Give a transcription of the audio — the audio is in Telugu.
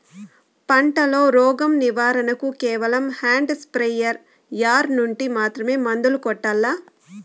పంట లో, రోగం నివారణ కు కేవలం హ్యాండ్ స్ప్రేయార్ యార్ నుండి మాత్రమే మందులు కొట్టల్లా?